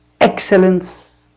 excellence